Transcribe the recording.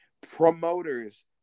Promoters